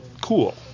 cool